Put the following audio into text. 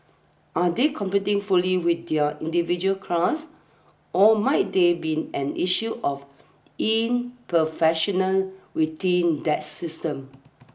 are they competing fully within their individual class or might that be an issue of imperfection within that system